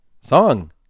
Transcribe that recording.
Song